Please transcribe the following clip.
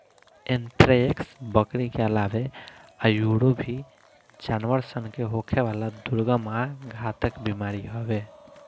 anthrax, बकरी के आलावा आयूरो भी जानवर सन के होखेवाला दुर्गम आ घातक बीमारी हवे